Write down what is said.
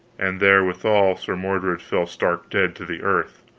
and therewithal sir mordred fell stark dead to the earth.